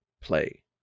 play